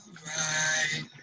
right